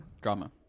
Drama